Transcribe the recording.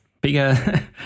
bigger